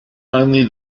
only